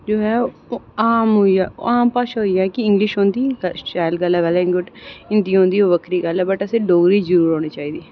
ओह् आम होई जा आम भाशा होई जा कि इंग्लिश औंदी शैल गल्ल ऐ हिंदी औंदी बक्खरी गल्ल ऐ बट असेंगी डोगरी औनी चाहिदी